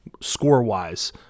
score-wise